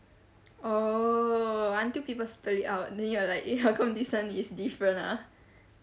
oh until people spell it out then you're like eh how come this one is different ah